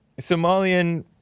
Somalian